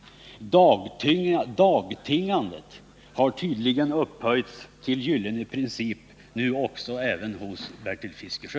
Dagtingandet har tydligen upphöjts till gyllene princip nu också hos Bertil Fiskesjö.